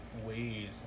Ways